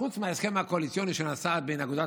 חוץ מההסכם הקואליציוני שנעשה בין אגודת